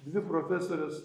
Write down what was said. dvi profesorės